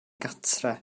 gartref